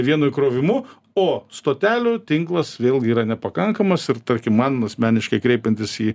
vienu įkrovimu o stotelių tinklas vėlgi yra nepakankamas ir tarkim man asmeniškai kreipiantis į